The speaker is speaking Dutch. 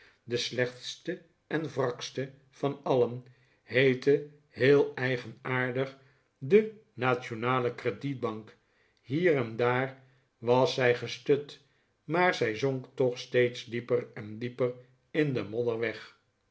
de slechtste en wrakste van alien heette heel eigenaardig de nationale credietbank hier en daar was zij gestut maai zij zonk toch steeds dieper en dieper in de modder weg